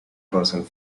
person